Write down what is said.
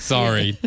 Sorry